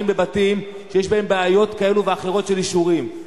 בבתים שיש בהם בעיות כאלה ואחרות של אישורים,